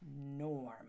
norm